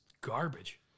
garbage